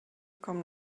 kommen